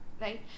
Right